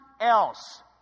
else